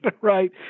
right